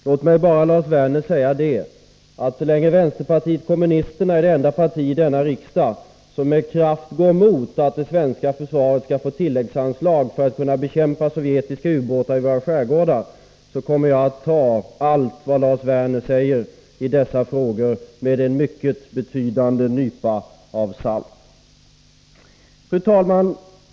Låt mig bara säga, Lars Werner, att så länge vänsterpartiet kommunisterna är det enda parti i denna riksdag som med kraft går emot att det svenska försvaret skall få tilläggsanslag för att bekämpa sovjetiska ubåtar i våra skärgårdar kommer jag att ta allt vad Lars Werner säger i dessa frågor med en mycket betydande nypa salt. Fru talman!